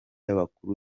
y’abakuru